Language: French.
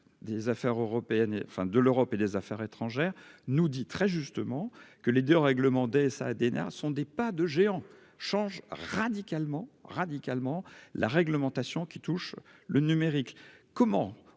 des Affaires européennes, enfin de l'Europe et des Affaires étrangères nous dit très justement que les de règlements des ça a des nerfs sont des pas de géant change radicalement radicalement la réglementation qui touche le numérique, comment